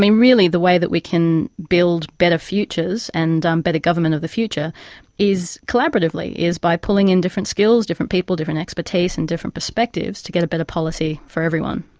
really the way that we can build better futures and um better government of the future is collaboratively, is by pulling in different skills, different people, different expertise and different perspectives to get a better policy for everyone.